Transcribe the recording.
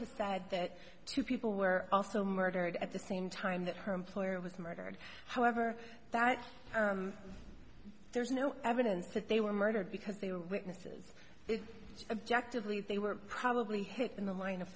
has died that two people were also murdered at the same time that her employer was murdered however that there's no evidence that they were murdered because they were witnesses objectively they were probably in the line of